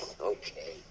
okay